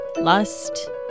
Lust